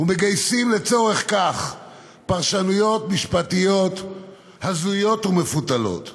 ומגייסים לצורך כך פרשנויות משפטיות הזויות ומפותלות,